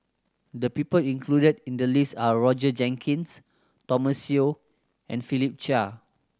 the people included in the list are Roger Jenkins Thomas Yeo and Philip Chia